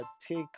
take